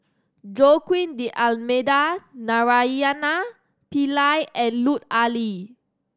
Joaquim D'Almeida Naraina Pillai and Lut Ali